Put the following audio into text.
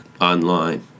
online